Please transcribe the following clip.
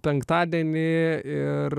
penktadienį ir